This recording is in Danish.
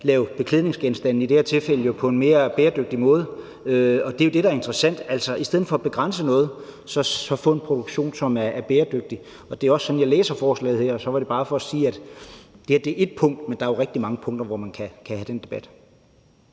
beklædningsgenstande på en mere bæredygtig måde. Det er jo det, der er interessant, altså at vi i stedet for at begrænse noget får en produktion, som er bæredygtig. Det er også sådan, jeg læser det her forslag. Så det var bare for at sige, at det her omhandler et enkelt område, men at der jo er rigtig mange andre områder, hvor man kan have den debat.